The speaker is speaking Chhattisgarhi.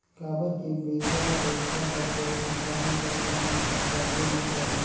काबर कि बिगर पइसा कर दो कंपनी कर काम हर चलबे नी करे